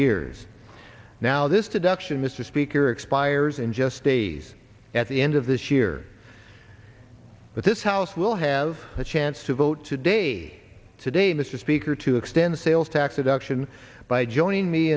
years now this deduction mr speaker expires in just days at the end of this year but this house will have a chance to vote today today mr speaker to extend the sales tax deduction by joining me